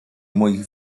moich